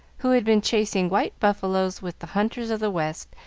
who had been chasing white buffaloes with the hunters of the west,